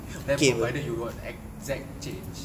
then provided you got exact change